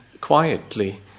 quietly